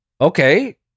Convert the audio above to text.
okay